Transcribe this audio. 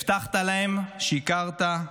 הבטחת להן, שיקרת,